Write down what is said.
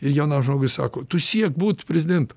ir jaunam žodį sako tu siek būt prezidentu